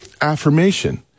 affirmation